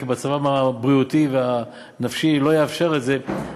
כי מצבם הבריאותי והנפשי לא יאפשר את זה,